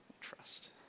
Trust